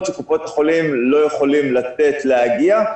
שקופות החולים לא יכולות להגיע אליהם,